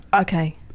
Okay